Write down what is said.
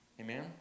Amen